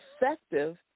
effective